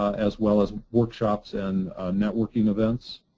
as well as workshops and networking events.